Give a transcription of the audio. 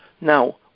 Now